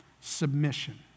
submission